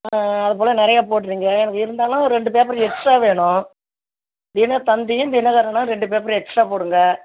அதுபோல் நிறைய போடுறீங்க எனக் இருந்தாலும் ரெண்டு பேப்பர் எக்ஸ்டா வேணும் தினத்தந்தியும் தினகரனும் ரெண்டு பேப்பர் எக்ஸ்டா போடுங்க